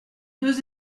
deux